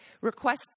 requests